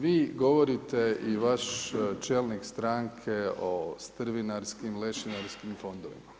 Vi govorite i vaš čelnik stranke o strvinarskim, lešinarskim fondovima.